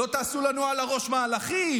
לא תעשו לנו על הראש מהלכים.